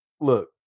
look